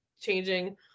changing